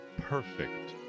perfect